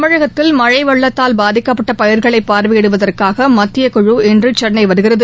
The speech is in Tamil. தமிழகத்தில் மழை வெள்ளத்தால் பாதிக்கப்பட்ட பயிர்களை பார்வையிடுவதற்காக மத்தியக்குழு இன்று சென்ளை வருகிறது